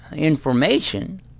information